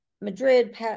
Madrid